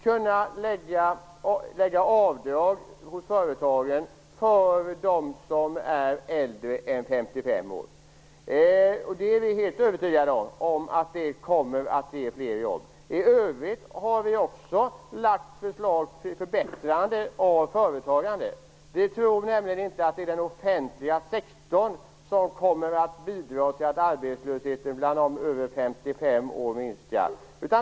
Det hade Ingrid Burman kunnat höra att jag sade från talarstolen om hon hade lyssnat. Vi är helt övertygade om att det kommer att ge fler jobb. I övrigt har vi också lagt fram förslag till förbättrande av företagandet. Vi tror nämligen inte att det är den offentliga sektorn som kommer att bidra till att arbetslösheten bland människor över 55 år minskar.